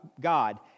God